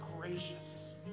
gracious